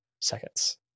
seconds